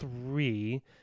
three